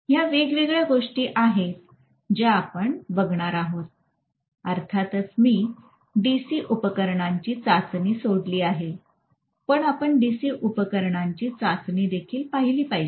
ह्या वेगवेगळ्या गोष्टी आहेत ज्या आपण पाहणार आहोत अर्थातच मी डीसी उपकरणची चाचणी सोडली आहे पण आपण डीसी उपकरणची चाचणी देखील पाहिली पाहिजे